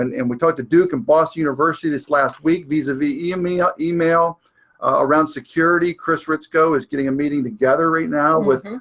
and and we talked to duke and boston university this last week vis a vis email email around security. chris ritzko is getting a meeting together right now with.